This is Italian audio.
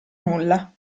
nulla